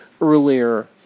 earlier